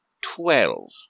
Twelve